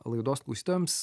laidos klausytojams